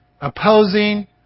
opposing